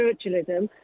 spiritualism